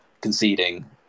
conceding